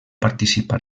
participar